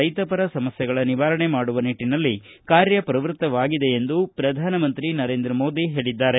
ರೈತ ಪರ ಸಮಸ್ತೆಗಳ ನಿವಾರಣೆ ಮಾಡುವ ನಿಟ್ಟನಲ್ಲಿ ಕಾರ್ಯಪ್ರವೃತವಾಗಿದೆ ಎಂದು ಪ್ರಧಾನಮಂತ್ರಿ ನರೇಂದ್ರ ಮೋದಿ ಹೇಳಿದ್ದಾರೆ